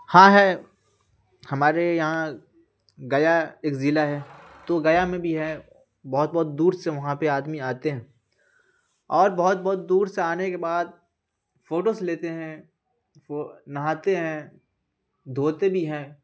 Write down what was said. ہاں ہے ہمارے یہاں گیا ایک ضلع ہے تو گیا میں بھی ہے بہت بہت دور سے وہاں پہ آدمی آتے ہیں اور بہت بہت دور سے آنے کے بعد فوٹوز لیتے ہیں وہ نہاتے ہیں دھوتے بھی ہیں